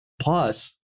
Plus